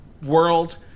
world